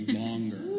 longer